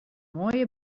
moaie